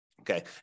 Okay